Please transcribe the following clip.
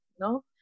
no